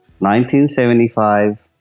1975